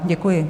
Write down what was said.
Děkuji.